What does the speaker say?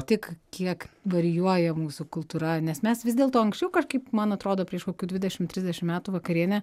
tik kiek varijuoja mūsų kultūra nes mes vis dėlto anksčiau kažkaip man atrodo prieš kokių dvidešim trisdešim metų vakarienė